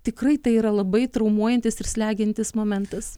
tikrai tai yra labai traumuojantis ir slegiantis momentas